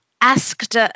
asked